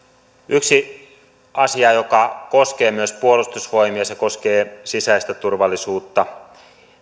yksi asia joka koskee myös puolustusvoimia ja sisäistä turvallisuutta